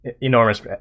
enormous